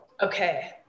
okay